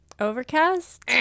overcast